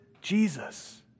Jesus